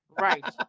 right